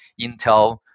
Intel